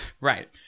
right